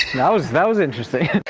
that was that was interesting!